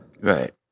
Right